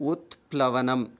उत्प्लवनम्